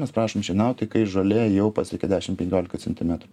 mes prašom šienauti kai žolė jau pasiekė dešim penkiolika centimetrų